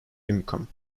income